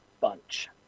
bunch